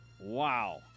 Wow